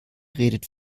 redet